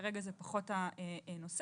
חשוב להגיד